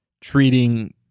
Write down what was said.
treating